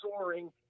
soaring